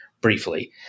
briefly